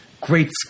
great